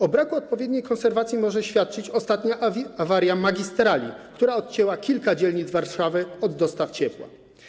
O braku odpowiedniej konserwacji może świadczyć ostatnia awaria magistrali, która odcięła kilka dzielnic Warszawy od dostaw ciepła.